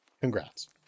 Congrats